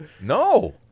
No